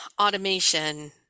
automation